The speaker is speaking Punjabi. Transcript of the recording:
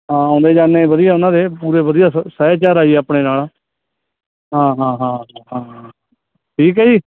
ਹਾਂ ਆਉਂਦੇ ਜਾਂਦੇ ਵਧੀਆ ਉਹਨਾਂ ਦੇ ਪੂਰੇ ਵਧੀਆ ਸ ਸਹਿਜਚਾਰ ਆ ਜੀ ਆਪਣੇ ਨਾਲ ਹਾਂ ਹਾਂ ਹਾਂ ਹਾਂ ਠੀਕ ਹੈ ਜੀ